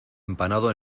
empanado